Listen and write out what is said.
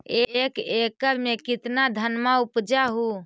एक एकड़ मे कितना धनमा उपजा हू?